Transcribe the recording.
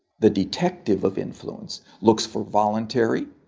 the detective of influence looks for voluntary,